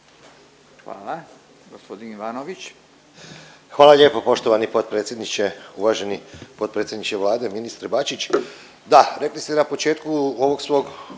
**Ivanović, Goran (HDZ)** Hvala lijepo poštovani potpredsjedniče, uvaženi potpredsjedniče Vlade ministre Bačić, da rekli ste na početku ovog svog